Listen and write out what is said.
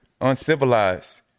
uncivilized